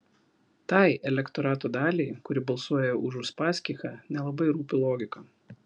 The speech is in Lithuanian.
tai elektorato daliai kuri balsuoja už uspaskichą nelabai rūpi logika